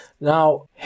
Now